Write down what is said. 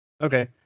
Okay